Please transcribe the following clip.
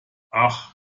ach